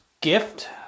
gift